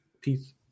Peace